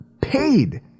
paid